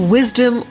Wisdom